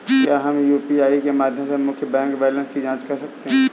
क्या हम यू.पी.आई के माध्यम से मुख्य बैंक बैलेंस की जाँच कर सकते हैं?